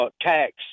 tax